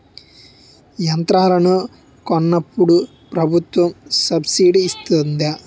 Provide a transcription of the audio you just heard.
యంత్రాలను కొన్నప్పుడు ప్రభుత్వం సబ్ స్సిడీ ఇస్తాధా?